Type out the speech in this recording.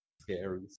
Scary